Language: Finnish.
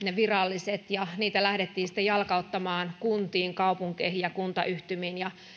ne viralliset ja niitä lähdettiin sitten jalkauttamaan kuntiin kaupunkeihin ja kuntayhtymiin ja